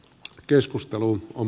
keskusteluun on